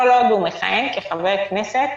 כל עוד הוא מכהן כחבר כנסת